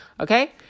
Okay